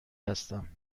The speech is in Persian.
هستم